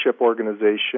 organization